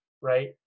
right